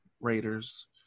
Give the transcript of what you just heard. Raiders